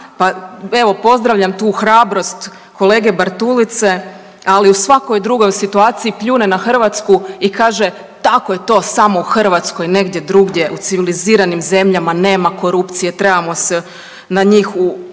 evo pozdravljam tu hrabrost kolege Bartulice, ali u svakoj dugoj situaciji pljune na Hrvatskoj i kaže tako je to samo u Hrvatskoj, negdje drugdje u civiliziranim zemljama nema korupcije, trebamo se na njih ugledati,